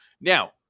Now